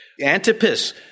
Antipas